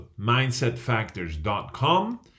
mindsetfactors.com